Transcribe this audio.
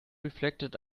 reflected